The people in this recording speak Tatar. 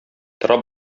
тора